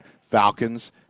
Falcons